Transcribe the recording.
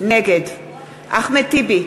נגד אחמד טיבי,